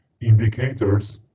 indicators